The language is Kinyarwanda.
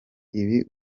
ibi